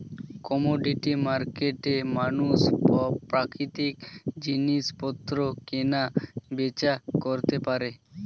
commodity মার্কেটে মানুষ প্রাকৃতিক জিনিসপত্র কেনা বেচা করতে পারে